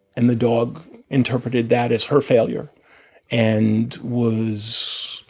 and the dog interpreted that as her failure and was